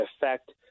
effect